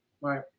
Right